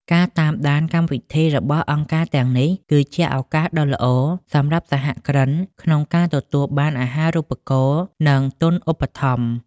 ការតាមដានកម្មវិធីរបស់អង្គការទាំងនេះ គឺជាឱកាសដ៏ល្អសម្រាប់សហគ្រិនក្នុងការទទួលបាន "អាហារូបករណ៍ និងទុនឧបត្ថម្ភ"។